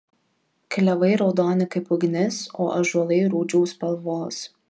klevai raudoni kaip ugnis o ąžuolai rūdžių spalvos